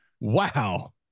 wow